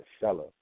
seller